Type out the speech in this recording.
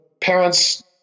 parents